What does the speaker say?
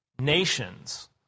nations